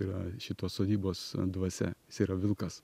yra šitos sodybos dvasia jisai yra vilkas